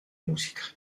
música